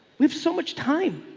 we have so much time.